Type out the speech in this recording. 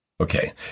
Okay